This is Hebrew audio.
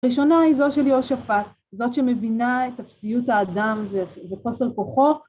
ראשונה היא זו של יהושפט, זאת שמבינה את אפסיות האדם וחוסר כוחו